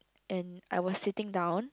and I was sitting down